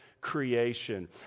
creation